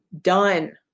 Done